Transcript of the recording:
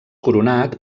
coronat